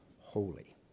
holy